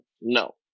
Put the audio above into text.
no